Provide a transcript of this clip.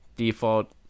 default